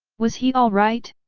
was he alright?